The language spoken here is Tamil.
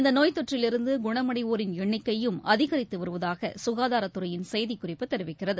இந்தநோய் தொற்றிலிருந்துகுணமடைவோரின் எண்ணிக்கையும் அதிகரித்துவருவதாகசுகாதாரத்துறையின் செய்திக்குறிப்பு தெரிவிக்கிறது